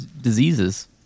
diseases